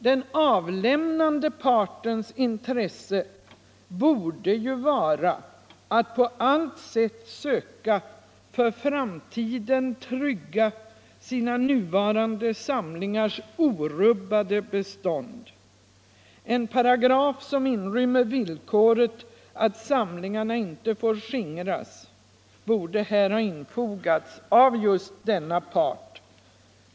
Den avlämnande partens intresse borde ju vara att på allt sätt försöka för framtiden trygga sina nuvarande samlingars orubbade bestånd. En paragraf som inrymmer villkoret att samlingarna inte får skingras borde här ha infogats av den avlämnande parten.